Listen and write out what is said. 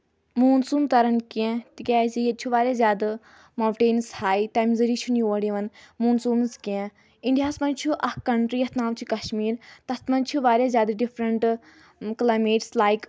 monsoon کران کینٛہہ تِکیازِ ییٚتہِ چھُ واریاہ زیادٕ ماوٹینٕس ہاے تَمہِ ذٔریعہِ چھُنہٕ یور یِون موٗنسوٗنٔز کینٛہہ اِنڈیاہَس منٛز چھُ اکھ کنٹری یَتھ ناو چھُ کشمیٖر تتھ منٛز چھُ واریاہ زیادٕ ڈِفرَنٛٹہٕ کلایمیٹٕس لایک